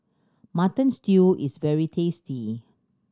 Mutton Stew is very tasty